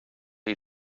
you